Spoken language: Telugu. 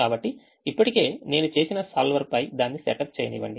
కాబట్టి ఇప్పటికే నేను చేసిన solver పై దాన్ని సెటప్ చేయనివ్వండి